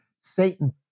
Satan